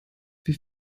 wie